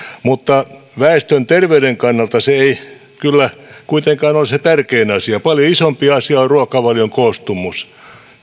mutta väestön terveyden kannalta se ei kyllä kuitenkaan ole se tärkein asia paljon isompi asia on ruokavalion koostumus